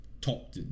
Top